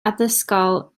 addysgol